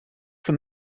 from